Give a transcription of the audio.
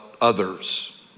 others